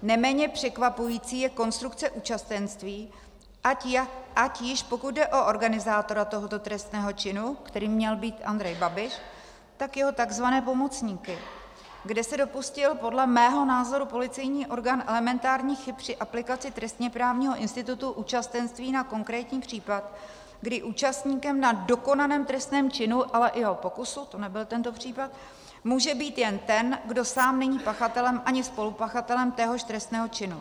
Neméně překvapující je konstrukce účastenství, ať již pokud jde o organizátora tohoto trestného činu, kterým měl být Andrej Babiš, tak jeho tzv. pomocníky, kde se dopustil podle mého názoru policejní orgán elementárních chyb při aplikaci trestněprávního institutu účastenství na konkrétní příklad, kdy účastníkem na dokonaném trestném činu, ale i jeho pokusu, to nebyl tento případ, může být jen ten, kdo sám není pachatelem ani spolupachatelem téhož trestného činu.